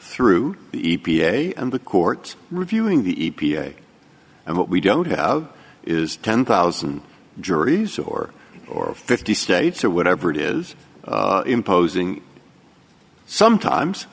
through the e p a and the court reviewing the e p a and what we don't have is ten thousand juries or or fifty states or whatever it is imposing sometimes